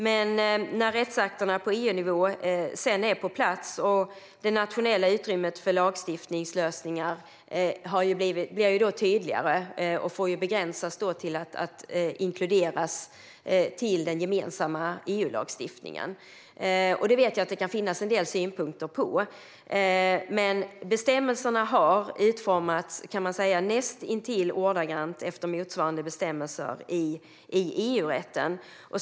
Men när rättsakterna på EU-nivå sedan är på plats blir det nationella utrymmet för lagstiftningslösningar tydligare. Det får då begränsas till att inkluderas i den gemensamma EU-lagstiftningen. Jag vet att det kan finnas synpunkter på detta, men man kan säga att bestämmelserna har utformats näst intill ordagrant efter motsvarande bestämmelser i EU-rätten.